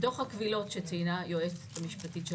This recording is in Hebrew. דוח הקבילות שציינה היועצת המשפטית של